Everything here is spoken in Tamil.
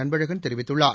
அன்பழகன் தெரிவித்துள்ளார்